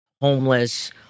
homeless